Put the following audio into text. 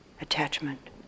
attachment